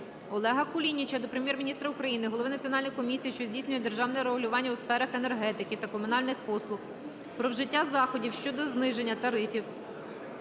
Олега Кулініча до Прем'єр-міністра України, голови Національної комісії, що здійснює державне регулювання у сферах енергетики та комунальних послуг про вжиття заходів щодо зниження тарифів